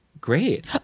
Great